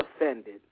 offended